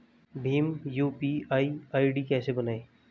Bhim UPI ID कैसे बनाएं?